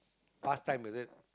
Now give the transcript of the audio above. past time is it